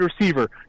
receiver